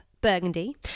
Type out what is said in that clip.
Burgundy